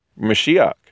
Mashiach